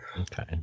okay